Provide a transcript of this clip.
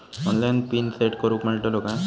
Online pin set करूक मेलतलो काय?